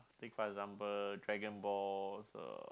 take for example Dragonball's uh